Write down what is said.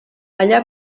allà